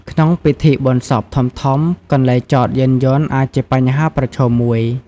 ក្នុងពិធីបុណ្យសពធំៗ កន្លែងចតយានយន្តអាចជាបញ្ហាប្រឈមមួយ។